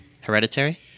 Hereditary